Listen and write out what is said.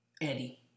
Eddie